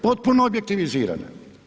Potpuno objektivizirane.